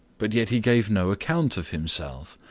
but yet he gave no account of himself.